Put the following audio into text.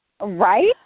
Right